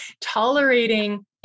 tolerating